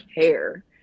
care